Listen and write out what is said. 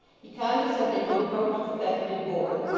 he condescended to approach the festive board,